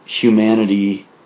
humanity